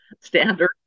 standard